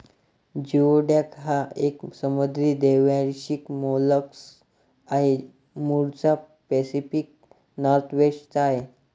geoduck हा एक समुद्री द्वैवार्षिक मोलस्क आहे, मूळचा पॅसिफिक नॉर्थवेस्ट चा आहे